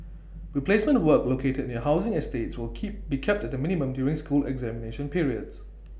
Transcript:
replacement work located near housing estates will be kept at the minimum during school examination periods